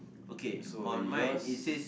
okay on mine it says